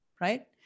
right